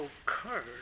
occurred